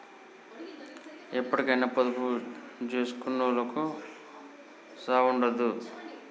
ఎప్పటికైనా పొదుపు జేసుకునోళ్లకు సావుండదు